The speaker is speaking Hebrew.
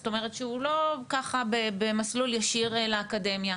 זאת אומרת שהוא לא ככה במסלול ישיר לאקדמיה.